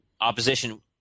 opposition